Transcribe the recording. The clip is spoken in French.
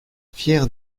fier